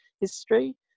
history